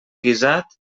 guisat